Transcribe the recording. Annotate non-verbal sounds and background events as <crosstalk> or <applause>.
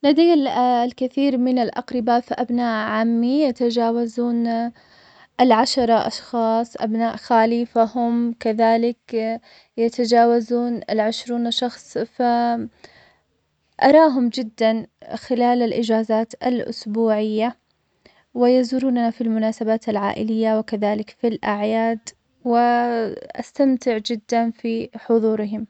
لدي الأ- الكثير من الأقرباء, فأبناء عمي يتجاوزون العشر أشخاص أبناء خالي, فهم كذلك يتجاوزون العشرون شخص, أراهم جداً خلال الإجازات الأسبوعية, ويزورونا في المناسبات العائلية, وكذلك في الأعياد, و <hesitation> أستمتع جداً في حضورهم.